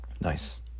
Nice